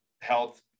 health